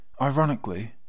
Ironically